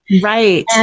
Right